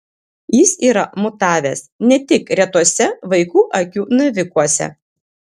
jis yra mutavęs ne tik retuose vaikų akių navikuose